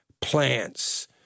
plants